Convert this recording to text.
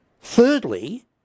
thirdly